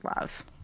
love